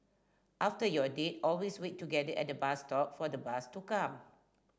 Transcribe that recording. after your date always wait together at bus stop for the bus to come